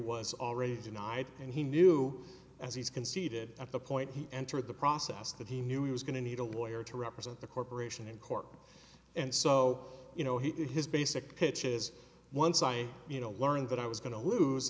was already denied and he knew as he's conceded at the point he entered the process that he knew he was going to need a lawyer to represent the corporation in court and so you know his basic pitch is once i you know learned that i was going to lose